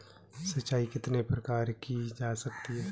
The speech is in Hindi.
सिंचाई कितने प्रकार से की जा सकती है?